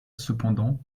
cependant